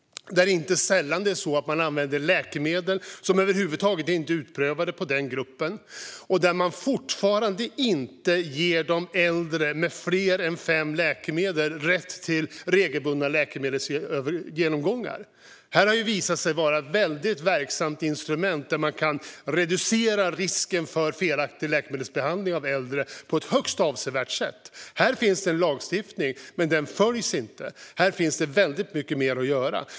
Inte sällan används läkemedel som över huvud taget inte är utprövade för denna grupp, och man ger fortfarande inte äldre med fler än fem läkemedel rätt till regelbundna läkemedelsgenomgångar. Det har visat sig vara ett verksamt instrument som kan reducera risken för felaktig läkemedelsbehandling av äldre på ett högst avsevärt sätt. Det finns en lagstiftning, men den följs inte. Här finns väldigt mycket mer att göra.